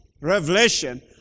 revelation